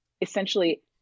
essentially